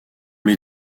les